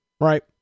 right